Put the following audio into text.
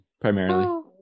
primarily